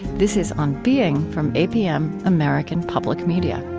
this is on being from apm, american public media